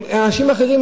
אנשים אחרים,